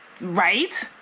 Right